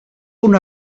una